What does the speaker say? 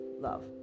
love